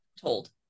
told